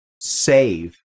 save